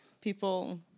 people